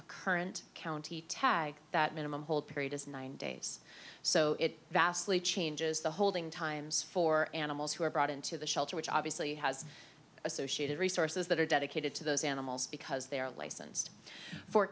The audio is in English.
a current county tag that minimum hold period is nine days so it vastly changes the holding times for animals who are brought into the shelter which obviously has associated resources that are dedicated to those animals because they are licensed for